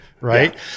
right